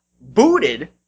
booted